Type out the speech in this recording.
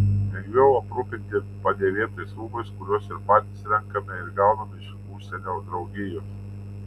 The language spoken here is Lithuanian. lengviau aprūpinti padėvėtais rūbais kuriuos ir patys renkame ir gauname iš užsienio draugijų